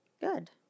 Good